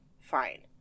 Fine